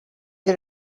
get